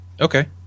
Okay